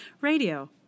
radio